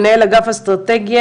מנהל אגף אסטרטגיה,